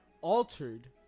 altered